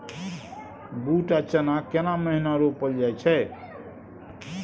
बूट आ चना केना महिना रोपल जाय छै?